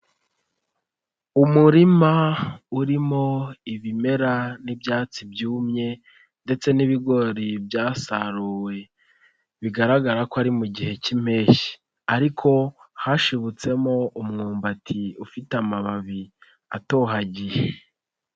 Umurima urimo ibimera n'ibyatsi byumye ndetse n'ibigori byasaruwe, bigaragara ko ari mu gihe cy'impeshyi ariko hashibutsemo umwumbati ufite amababi atohagiye.